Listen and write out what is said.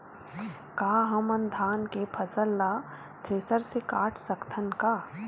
का हमन धान के फसल ला थ्रेसर से काट सकथन का?